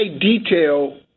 detail